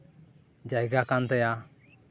ᱡᱟᱭᱜᱟ ᱠᱟᱱ ᱛᱟᱭᱟ